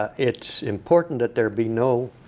ah it's important that there be no